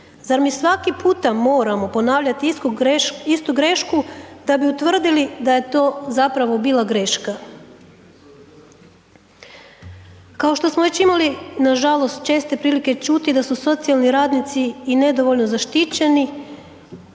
Zar mi svaki puta moramo ponavljati istu grešku da bi utvrdili da je to zapravo bila greška? Kao što smo već imali nažalost česte prilike čuti da su socijalni radnici i nedovoljno zaštićeni